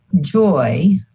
joy